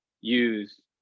use